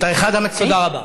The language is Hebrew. תודה רבה.